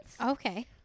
Okay